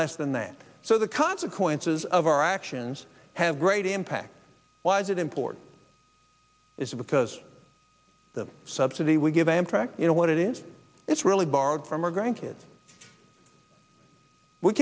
less than that so the consequences of our actions have great impact why is it important is because the subsidy we give amtrak you know what it is it's really borrowed from our grandkids we